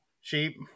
sheep